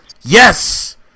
Yes